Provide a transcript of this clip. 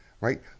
Right